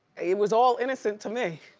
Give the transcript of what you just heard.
it was all innocent to me,